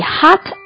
hot